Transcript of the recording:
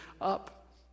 up